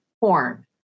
porn